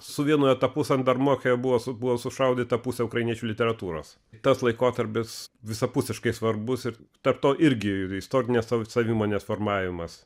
su vienu etapu sandarmoche buvo su buvo sušaudyta pusė ukrainiečių literatūros tas laikotarpis visapusiškai svarbus ir tarp to irgi ir istorinės savimonės formavimas